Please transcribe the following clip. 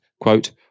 quote